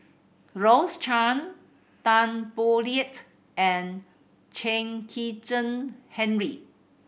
Rose Chan Tan Boo Liat and Chen Kezhan Henri